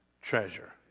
treasure